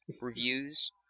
reviews